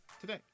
today